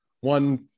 one